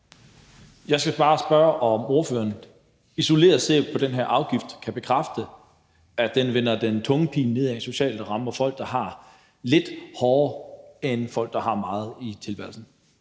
Jeg skal bare spørge, om ordføreren, hvis man isoleret ser på den her afgift, kan bekræfte, at den vender den tunge ende nedad socialt og rammer folk, der har lidt, hårdere, end folk, der har meget i tilværelsen.